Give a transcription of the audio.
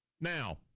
Now